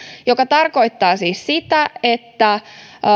joka tarkoittaa siis sitä että